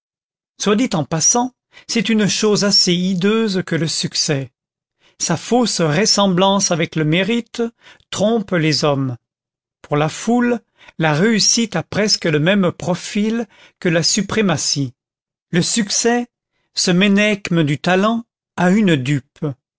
soit dit en passant c'est une chose assez hideuse que le succès sa fausse ressemblance avec le mérite trompe les hommes pour la foule la réussite a presque le même profil que la suprématie le succès ce ménechme du talent a une dupe